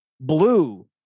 blue